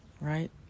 right